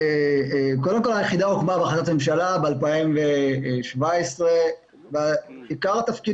קודם כל היחידה הוקמה בהחלטת הממשלה ב-2017 ועיקר התפקיד